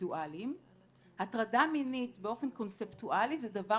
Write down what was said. אינדיבידואלים הטרדה מינית באופן קונספטואלי זה דבר